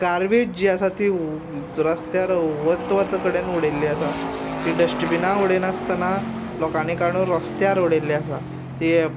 garbage जी आसा ती रस्त्यार वत वत कडेन उडयल्ली आसा ती डस्टबिना उडयल्ली नासतना लोकांनी काडून रोस्त्यार उडयल्ली आसा ते